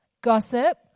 gossip